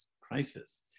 crisis